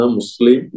Muslim